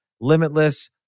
limitless